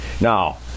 Now